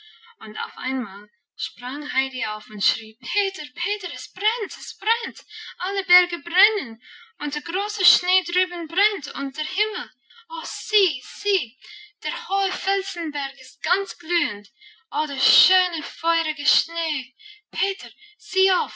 und auf einmal sprang heidi auf und schrie peter peter es brennt es brennt alle berge brennen und der große schnee drüben brennt und der himmel o sieh sieh der hohe felsenberg ist ganz glühend oh der schöne feurige schnee peter